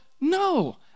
No